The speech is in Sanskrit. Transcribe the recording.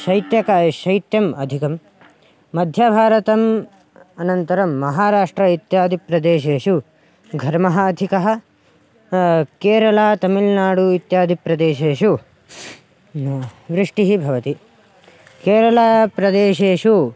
शैत्यकाले शैत्यम् अधिकं मध्यभारतम् अनन्तरं महाराष्ट्रे इत्यादिप्रदेशेषु घर्मः अधिकः केरला तमिल्नाडु इत्यादिप्रदेशेषु वृष्टिः भवति केरलाप्रदेशेषु